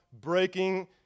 breaking